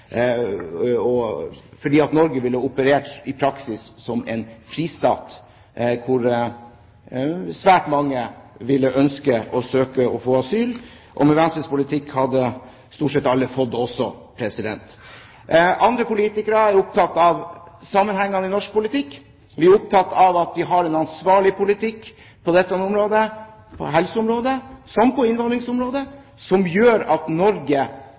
Norge ville i praksis ha operert som en fristat hvor svært mange ville ønske å søke asyl – og med Venstres politikk hadde stort sett alle fått det også. Andre politikere er opptatt av sammenhengene i norsk politikk. Vi er opptatt av at vi har en ansvarlig politikk på dette området, på helseområdet som på innvandringsområdet, som gjør at Norge